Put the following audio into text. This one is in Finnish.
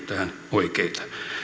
oikeita